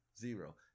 Zero